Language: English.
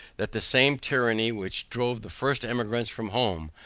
that the same tyranny which drove the first emigrants from home,